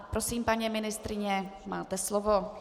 Tak prosím, paní ministryně, máte slovo.